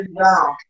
down